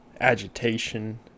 agitation